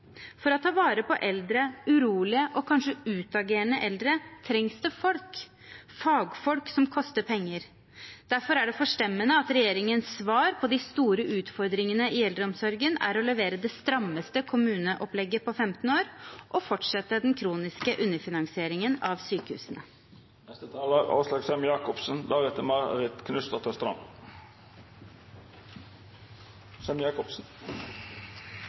For å ta vare på eldre, urolige og kanskje utagerende eldre trengs det folk, fagfolk som koster penger. Derfor er det forstemmende at regjeringens svar på de store utfordringene i eldreomsorgen er å levere det strammeste kommuneopplegget på 15 år og fortsette den kroniske underfinansieringen av sykehusene.